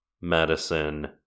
Madison